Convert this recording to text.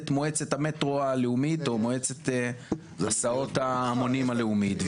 מועצת המטרו הלאומית או מועצת הסעות המונים הלאומית,